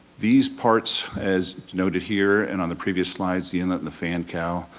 these parts, as noted here and on the previous slides, the inlet and the fan cowl,